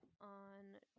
on